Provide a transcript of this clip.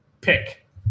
pick